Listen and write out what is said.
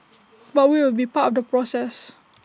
but we will be part of the process